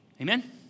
Amen